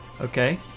okay